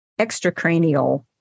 extracranial